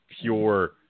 pure